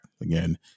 again